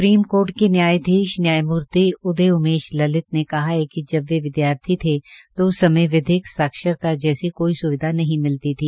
supreme court के न्यायाधीश न्यायमूर्ति उदय उमेश ललित ने कहा कि जब वे विद्यार्थी थे तो उस समय विधिक साक्षरता जैसी कोई सुविधा नहीं मिलती थी